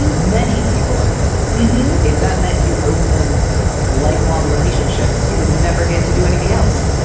and many people are good if that meant you owed them lifelong relationships, you would never get to do anything else.